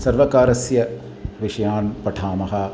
सर्वकारस्य विषयान् पठामः